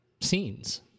scenes